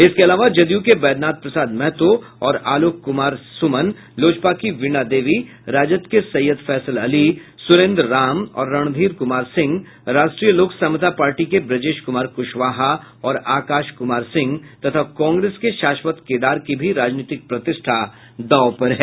इसके अलावा जदयू के वैद्यनाथ प्रसाद महतो और आलोक कुमार सुमन लोजपा की वीणा देवी राजद के सैयद फैसल अली सुरेंद्र राम और रणधीर कुमार सिंह राष्ट्रीय लोक समता पार्टी के ब्रजेश कुमार कुशवाहा और आकाश कुमार सिंह तथा कांग्रेस के शाश्वत केदार की भी राजनीतिक प्रतिष्ठा दांव पर है